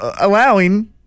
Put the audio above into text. allowing